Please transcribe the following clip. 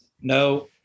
no